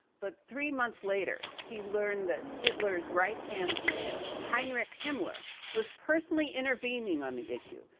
but three months later, he learned that hitler's right hand man, heinrich himmler, was personally intervening on the issue.